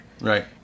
Right